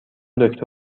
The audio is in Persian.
دکتر